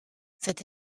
cette